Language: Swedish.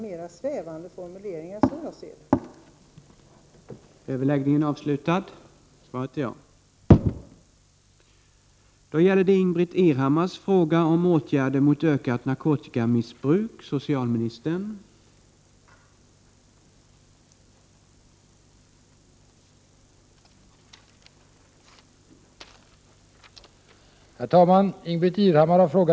Det har, tycker jag, bara förekommit några svävande formuleringar.